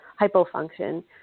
hypofunction